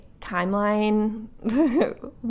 timeline